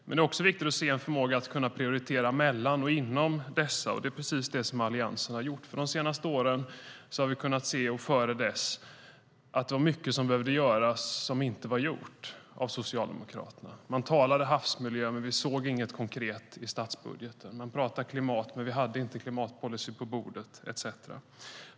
Men det är också viktigt att ha en förmåga att prioritera mellan och inom dessa, och det är precis det som Alliansen har gjort. De senaste åren och före dess har vi kunnat se att det var mycket som behövde göras men som inte var gjort av Socialdemokraterna. Man talade havsmiljö, men vi såg inget konkret i statsbudgeten, man talade klimat, men vi hade ingen klimatpolicy på bordet etcetera.